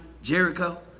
Jericho